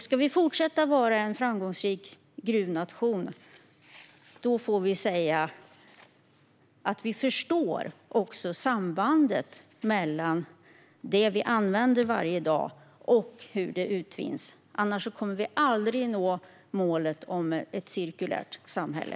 Ska vi fortsätta att vara en framgångsrik gruvnation måste vi förstå sambandet mellan det vi använder varje dag och hur det utvinns. Annars kommer vi aldrig att nå målet ett cirkulärt samhälle.